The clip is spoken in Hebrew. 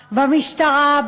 במשטרה,